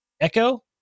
Echo